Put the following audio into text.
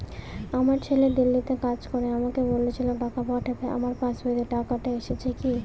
আমার ছেলে দিল্লীতে কাজ করে আমাকে বলেছিল টাকা পাঠাবে আমার পাসবইতে টাকাটা এসেছে কি?